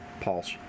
pulse